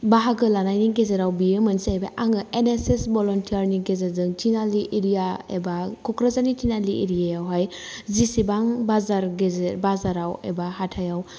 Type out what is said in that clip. बाहागो लानायनि गेजेराव बियो मोनसे आङो एन एस एस नि भल'नटियारनि गेजेरजों थिनालि एरिया एबा क'कराझारनि थिनालि एरियाआवहाय जिसिबां बाजाराव एबा हाथाइआव